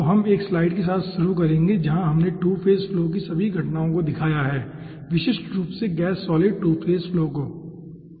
तो हम एक स्लाइड के साथ शुरू करेंगे जहां हमने 2 फेज फ्लो की सभी घटनाओं को दिखाया है विशिष्ट रूप से गैस सॉलिड 2 फेज फ्लो को ठीक है